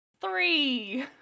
Three